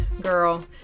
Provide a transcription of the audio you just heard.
Girl